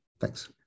Thanks